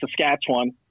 Saskatchewan